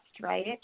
right